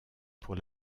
pour